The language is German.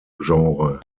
genre